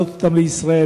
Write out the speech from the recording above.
להעלות אותם לישראל.